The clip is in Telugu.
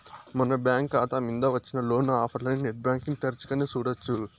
మన బ్యాంకు కాతా మింద వచ్చిన లోను ఆఫర్లనీ నెట్ బ్యాంటింగ్ తెరచగానే సూడొచ్చు